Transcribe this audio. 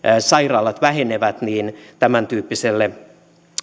sairaalat vähenevät niin tämäntyyppiselle